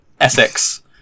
Essex